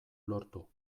lortu